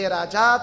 Raja